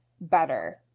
better